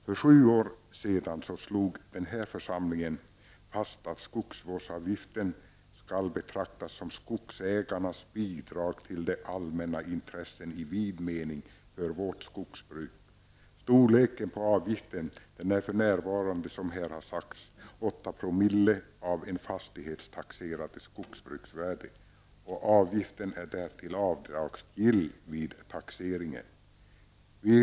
För sju år sedan slog den här församlingen fast att skogsvårdsavgiften skall betraktas som skogsägarnas bidrag till allmänna intressen i vid mening för vårt skogsbruk. Avgiftens storlek är för närvarande, som här har sagts, 8 promille av det fastighetstaxerade skogsbruksvärdet. Avgiften är därtill avdragsgill vid taxeringen.